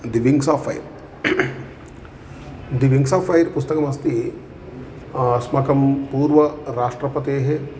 the Wings of Fire the Wings of Fire पुस्तकमस्ति अस्माकं पूर्व राष्ट्रपतेः